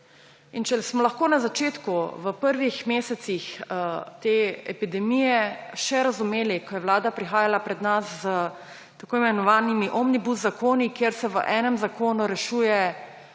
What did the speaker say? In če smo lahko na začetku v prvih mesecih te epidemije še razumeli, ko je vlada prihajala pred nas s tako imenovanimi omnibus zakoni, kjer se v enem zakonu rešuje